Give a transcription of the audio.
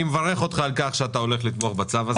אני מברך אותך על כך שאתה הולך לתמוך בצו הזה.